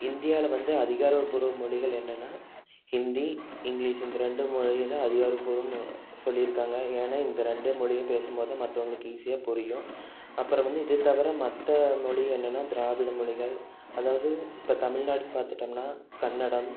இந்தியாவில வந்து அதிகாரப்பூர்வ மொழிகள் என்னென்னா ஹிந்தி இங்கிலீஷ் இந்த ரெண்டு மொழியும் தான் அதிகாரப்பூர்வமாக சொல்லிருக்காங்க ஏன்னா இந்த ரெண்டே மொழியும் பேசும் போது தான் மற்றவங்களுக்கு ஈஸியாக புரியும் அப்புறம் வந்து இது தவிர மற்ற மொழி என்னென்னா திராவிட மொழிகள் அதாவது இப்போ தமிழ்நாடுன்னு பார்த்துட்டோம்னா கன்னடம்